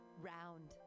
Round